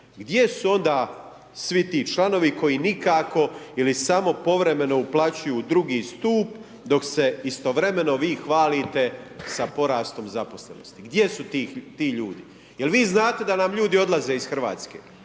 Gdje su onda svi ti članovi koji nikako ili samo povremeno uplaćuju u II. stup dok se istovremeno vi hvalite sa porastom zaposlenosti? Gdje su ti ljudi? Jel' vi znate da nam ljudi odlaze iz Hrvatske?